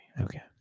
Okay